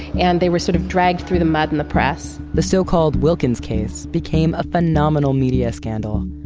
and they were sort of dragged through the mud in the press. the so-called wilkins case became a phenomenal media scandal.